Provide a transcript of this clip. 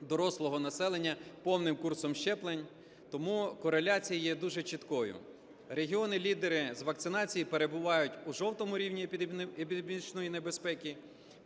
дорослого населення повним курсом щеплень, тому кореляція є дуже чіткою: регіони-лідери з вакцинації перебувають у жовтому рівні епідемічної небезпеки